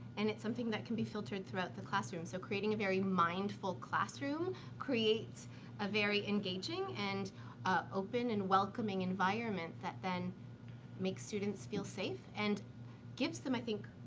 and it's something that can be filtered throughout the classroom. so, creating a very mindful classroom creates a very engaging and ah open and welcoming environment that then makes students feel safe and gives them, i think,